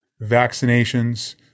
vaccinations